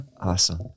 Awesome